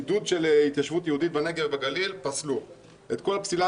הוא עידוד של התיישבות יהודית פסלו; הפסילה